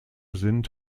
sind